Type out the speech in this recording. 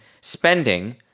spending